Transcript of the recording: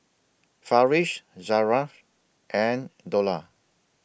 Farish Zafran and Dollah